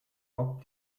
bob